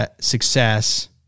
success